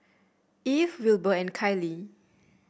Eve Wilber and Kiley